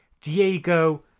Diego